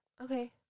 okay